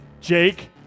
Jake